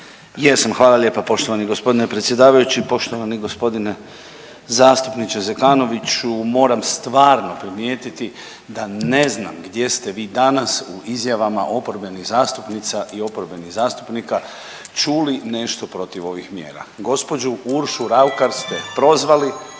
Jesam, hvala lijepa poštovani g. predsjedavajući. Poštovani g. zastupniče Zekanoviću, moram stvarno primijetiti da ne znam gdje ste vi danas u izjavama oporbenih zastupnica i oporbenih zastupnika čuli nešto protiv ovih mjera. Gđu. Uršu Raukar ste prozvali,